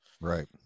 right